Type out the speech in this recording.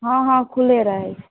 हँ हँ खुले रहए